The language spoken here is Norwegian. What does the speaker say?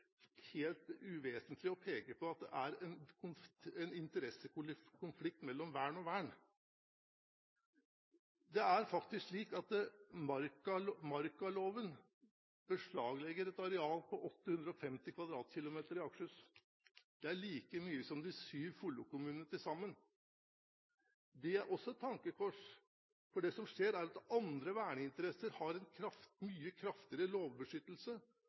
vern. Det er faktisk slik at markaloven beslaglegger et areal på 850 km2 i Akershus. Det er like mye som de syv Follo-kommunene til sammen. Det er også et tankekors, for det som skjer, er at andre verneinteresser har en mye kraftigere lovbeskyttelse.